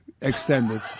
Extended